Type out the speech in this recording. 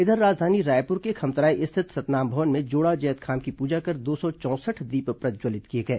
इधर राजधानी रायपुर के खमतराई स्थित सतनाम भवन में जोड़ा जैतखाम की पूजा कर दो सौ चौंसठ दीप प्रज्जवलित किए गए